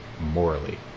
morally